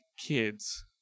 kids